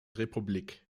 republik